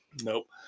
Nope